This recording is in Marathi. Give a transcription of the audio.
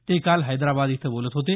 ते काल हैदराबाद इथं बोलत होते